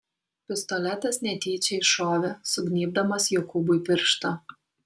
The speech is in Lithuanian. pistoletas netyčia iššovė sugnybdamas jokūbui pirštą